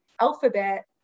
alphabet